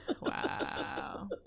Wow